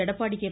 Edappadi K